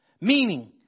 Meaning